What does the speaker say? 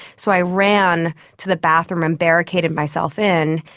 so i ran to the bathroom and barricaded myself in.